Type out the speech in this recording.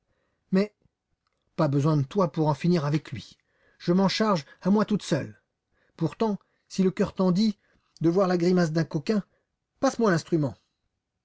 mais pas besoin de toi pour en finir avec lui je m'en charge à moi toute seule pourtant si le cœur t'en dit de voir la grimace d'un coquin passe-moi l'instrument